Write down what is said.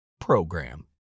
program